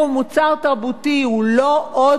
הוא לא עוד מוצר מדף,